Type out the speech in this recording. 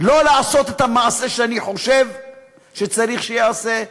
לא לעשות את המעשה שאני חושב שצריך שייעשה,